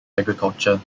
agriculture